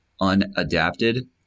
Unadapted